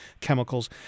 chemicals